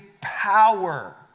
power